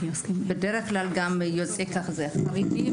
בדרך כלל יוצא שחרדים,